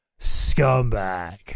scumbag